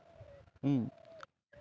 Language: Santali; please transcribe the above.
ᱤᱧ